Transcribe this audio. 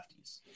lefties